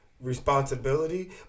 responsibility